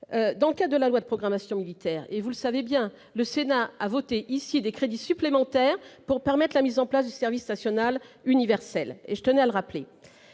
Dans le cadre de la loi de programmation militaire, le Sénat a voté des crédits supplémentaires pour permettre la mise en place du service national universel. Je tenais à le rappeler.